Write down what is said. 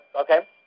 Okay